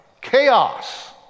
chaos